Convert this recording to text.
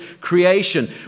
creation